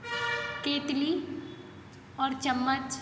केटली और चम्मच